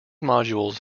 modules